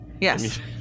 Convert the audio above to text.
Yes